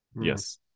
Yes